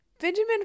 Benjamin